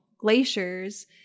glaciers